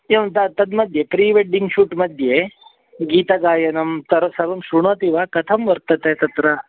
एवञ्च तद् मध्ये प्रीवेडिङ्ग् शूट् मध्ये गीतगायनं स सर्वं श्रुणोति वा कथं वर्तते तत्र